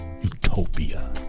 Utopia